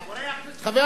הוא טובע.